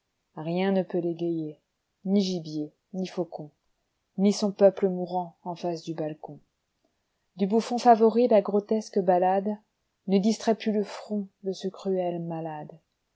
rien ne peut l'égayer ni gibier ni faucon ni son peuple mourant en face du balcon du bouffon favori la grotesque ballade ne distrait plus le front de ce cruel malade